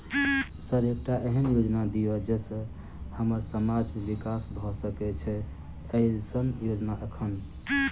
Sir एकटा एहन योजना दिय जै सऽ हम्मर समाज मे विकास भऽ सकै छैय एईसन योजना एखन?